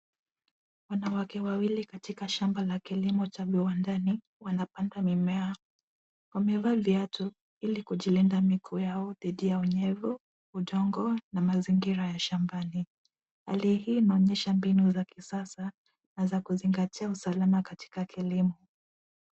Wanawake Wawili katika shamba la kilimo cha viwandani wanapanda mimea. Wamevaa viatu ili kujilinda miguu yao dhidi ya unyevu, udongo na mazingira ya shambani. Hali hii inaonyesha mbinu za kisasa na za kuzingatia usalama katika kilimo.